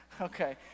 Okay